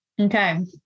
Okay